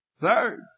Third